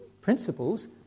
principles